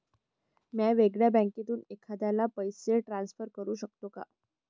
म्या वेगळ्या बँकेतून एखाद्याला पैसे ट्रान्सफर करू शकतो का?